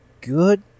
good